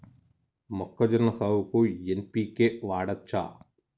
మొక్కజొన్న సాగుకు ఎన్.పి.కే వాడచ్చా?